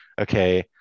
okay